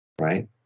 Right